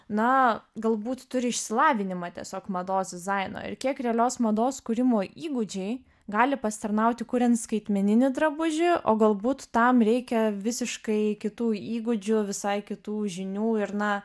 na galbūt turi išsilavinimą tiesiog mados dizaino ir kiek realios mados kūrimo įgūdžiai gali pasitarnauti kuriant skaitmeninį drabužį o galbūt tam reikia visiškai kitų įgūdžių visai kitų žinių ir na